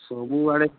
ସବୁଆଡ଼େ